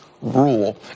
rule